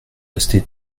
resté